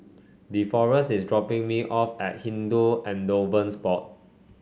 Deforest is dropping me off at Hindu Endowments Board